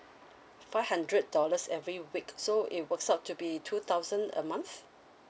five hundred dollars every week so it works out to be two thousand a month